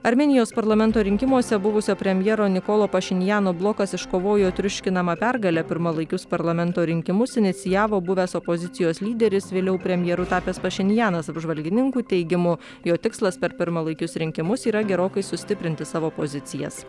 armėnijos parlamento rinkimuose buvusio premjero nikolo pašinjano blokas iškovojo triuškinamą pergalę pirmalaikius parlamento rinkimus inicijavo buvęs opozicijos lyderis vėliau premjeru tapęs pašinjanas apžvalgininkų teigimu jo tikslas per pirmalaikius rinkimus yra gerokai sustiprinti savo pozicijas